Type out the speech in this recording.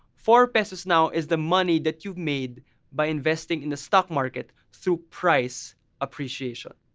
four pesos now is the money that you've made by investing in the stock market through price appreciation.